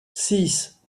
six